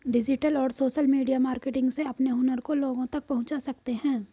digital और social media marketing से अपने हुनर को लोगो तक पहुंचा सकते है